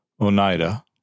Oneida